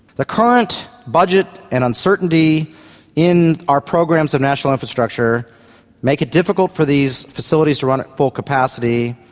the current budget and uncertainty in our programs of national infrastructure make it difficult for these facilities to run at full capacity,